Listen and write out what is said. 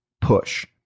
push